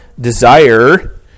desire